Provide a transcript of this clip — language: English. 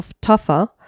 tougher